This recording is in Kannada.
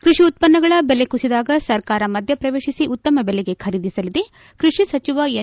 ಕೃಷಿ ಉತ್ಪನ್ನಗಳ ದೆಲೆ ಕುಸಿದಾಗ ಸರ್ಕಾರ ಮಧ್ಯೆ ಶ್ರವೇಶಿಸಿ ಉತ್ತಮ ಬೆಲೆಗೆ ಖರೀದಿಸಲಿದೆ ಕೃಷಿ ಸಚಿವ ಎನ್